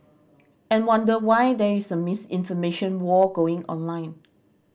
and wonder why there is a misinformation war going on online